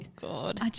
God